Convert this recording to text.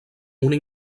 una